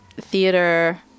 theater